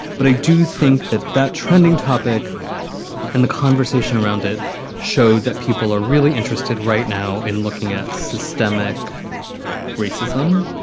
but i do think that that trending topic and the conversation around it showed that people are really interested right now in looking at systemic racism.